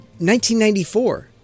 1994